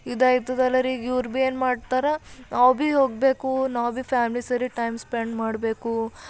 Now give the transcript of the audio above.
ಇದಾಯ್ತದಲ್ಲರಿ ಈಗ ಇವ್ರು ಭೀ ಏನು ಮಾಡ್ತಾರೆ ನಾವು ಭೀ ಹೋಗಬೇಕು ನಾವು ಭೀ ಫ್ಯಾಮ್ಲಿ ಸೇರಿ ಟೈಮ್ ಸ್ಪೆಂಡ್ ಮಾಡಬೇಕು